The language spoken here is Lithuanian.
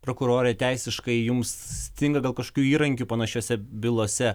prokurore teisiškai jums stinga gal kažkokiu įrankių panašiose bylose